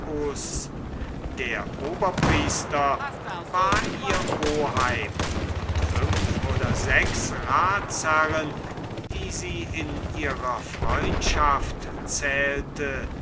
der oberpriester war ihr oheim und fünf oder sechs ratsherren die sie in ihrer freundschaft zählte